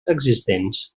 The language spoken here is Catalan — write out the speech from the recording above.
existents